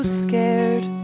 scared